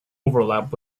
overlap